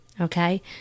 Okay